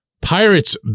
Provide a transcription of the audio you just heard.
Pirates